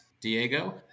Diego